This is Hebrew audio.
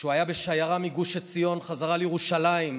כשהוא היה בשיירה מגוש עציון חזרה לירושלים,